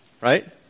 right